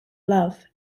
love